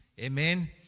Amen